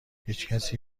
هیچکسی